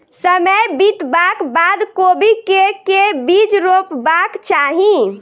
समय बितबाक बाद कोबी केँ के बीज रोपबाक चाहि?